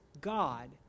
God